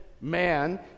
man